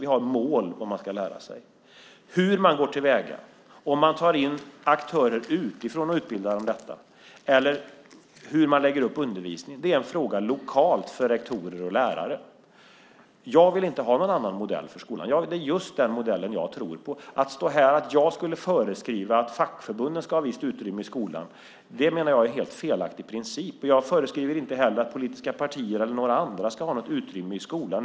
Vi har mål för vad man ska lära sig. Hur man går till väga - om man tar in aktörer utifrån och utbildar om detta eller hur man lägger upp undervisningen - är en fråga lokalt för rektorer och lärare. Jag vill inte ha någon annan modell för skolan. Det är just den modellen jag tror på. Att jag skulle stå här och föreskriva att fackförbunden ska ha ett visst utrymme i skolan menar jag är en helt felaktig princip. Jag föreskriver inte heller att politiska partier eller några andra ska ha något utrymme i skolan.